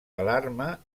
alarma